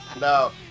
no